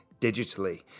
digitally